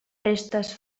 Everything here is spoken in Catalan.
restes